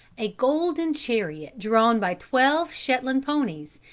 a golden chariot drawn by twelve shetland ponies,